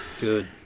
Good